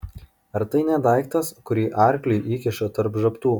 ar tai ne daiktas kurį arkliui įkiša tarp žabtų